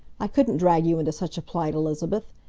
i couldn't drag you into such a plight, elizabeth!